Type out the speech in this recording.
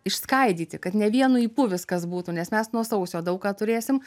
išskaidyti kad ne vienu ypu viskas būtų nes mes nuo sausio daug ką turėsim